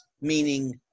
meaning